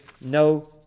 no